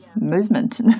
movement